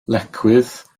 lecwydd